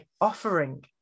offering